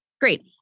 Great